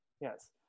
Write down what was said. Yes